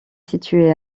situé